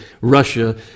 Russia